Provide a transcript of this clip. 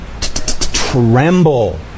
tremble